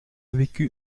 vécu